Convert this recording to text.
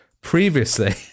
previously